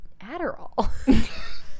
Adderall